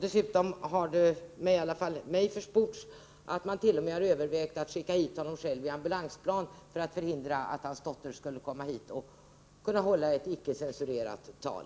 Dessutom har det försports att man t.o.m. har övervägt att skicka hit honom själv i ambulansplan för att förhindra att hans dotter skulle komma hit och kunna hålla ett icke censurerat tal.